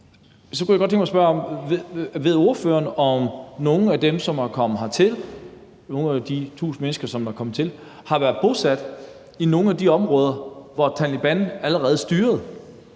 Så kunne jeg godt tænke mig at spørge: Ved ordføreren, om nogen af dem, som er kommet hertil, nogen af de tusind mennesker, som er kommet hertil, har været bosat i nogle af de områder, hvor Taleban allerede styrede